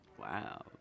Wow